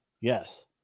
Yes